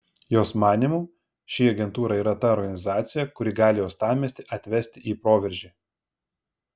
jos manymu ši agentūra yra ta organizacija kuri gali uostamiestį atvesti į proveržį